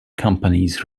companies